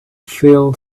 fell